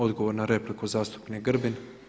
Odgovor na repliku zastupnik Grbin.